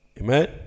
Amen